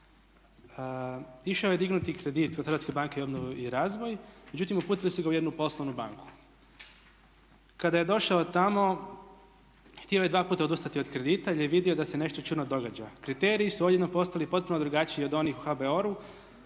išao je dignuti kredit od HBOR-a, međutim uputili su ga u jednu poslovnu banku. Kada je došao tamo htio je dva puta odustati od kredita jer je vidio da se nešto čudno događa. Kriteriji su odjednom postali potpuno drugačiji od onih u HBOR-u,